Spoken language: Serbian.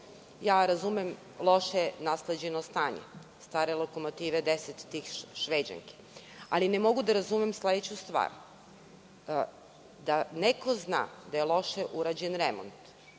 Razumem loše nasleđeno stanje. Stare lokomotive deset tih šveđanki. Ali ne mogu da razume sledeću stvar da neko zna da je loše urađen remont